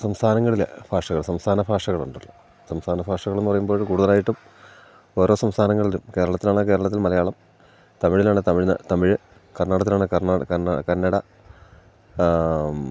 സംസ്ഥാനങ്ങളിലൽ ഭാഷകൾ സംസ്ഥാന ഭാഷകളുണ്ടല്ലോ സംസ്ഥാന ഭാഷകൾ എന്ന് പറയുമ്പോൾ കൂടുതലായിട്ടും ഓരോ സംസ്ഥാനങ്ങളിലും കേരളത്തിലാണേൽ കേരളത്തിലും മലയാളം തമിഴിലാണ് തമി്ഴ് തമിഴ് കർണ്ണാടത്തിലാണ് കർണാടക കന്നഡ